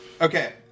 Okay